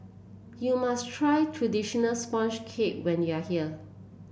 you must try traditional sponge cake when you are here